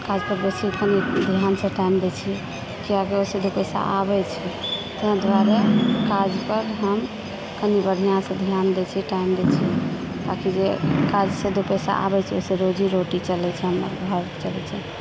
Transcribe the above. आ काजपर बेसी कनी ध्यानसऽ टाइम दै छियै किए कि ओइसऽ दू पैसा आबै छै तेँ दुआरे काजपर हम कनी बढ़ियासऽ ध्यान दै छियै टाइम दै छियै ताकि जे काज से दू पैसा आबै छै ओइसऽ रोजी रोटी चलै छै हमर घर चलै छै